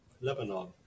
Lebanon